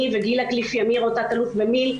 אני ותת אלוף במיל',